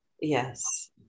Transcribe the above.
Yes